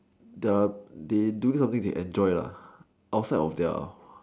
the they doing of it they enjoy outside of their